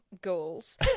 goals